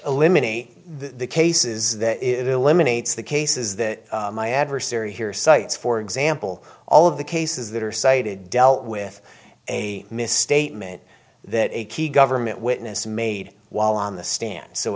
eliminate the cases that is eliminated the cases that my adversary here cites for example all of the cases that are cited dealt with a misstatement that a key government witness made while on the stand so